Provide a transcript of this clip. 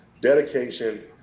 dedication